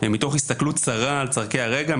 ומתוך הסתכלות צרה על צרכי הרגע,